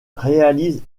réalise